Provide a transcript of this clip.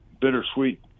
bittersweet